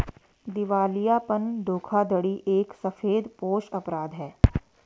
दिवालियापन धोखाधड़ी एक सफेदपोश अपराध है